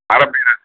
மர பீரோ